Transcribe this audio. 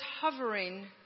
hovering